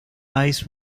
eyes